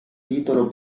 titolo